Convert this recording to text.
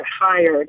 hired